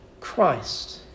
Christ